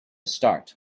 start